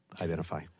identify